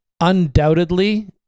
Undoubtedly